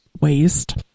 waste